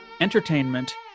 entertainment